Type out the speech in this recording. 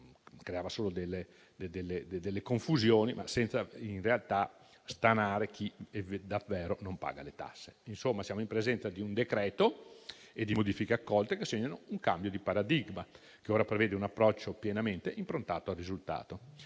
creava solo confusione, senza in realtà stanare chi davvero non paga le tasse. Siamo, dunque, in presenza di un decreto e di modifiche accolte che segnano un cambio di paradigma, che ora prevede un approccio pienamente improntato al risultato